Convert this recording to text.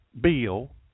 Bill